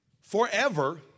forever